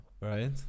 right